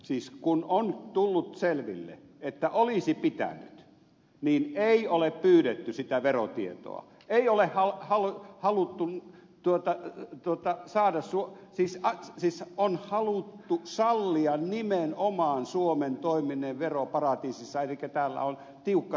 siis kun on selvinnyt että olisi pitänyt niin ei ole pyydetty sitä verotietoa siis on haluttu tuota tuota saada suo kysy aktissa on nimenomaan sallia suomen toimiminen veroparatiisissa elikkä täällä on tiukka salaisuus